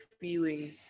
feeling